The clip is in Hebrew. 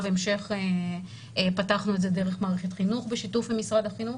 המשך פתחנו את זה דרך מערכת החינוך בשיתוף עם משרד החינוך.